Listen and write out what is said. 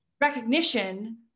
recognition